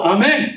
Amen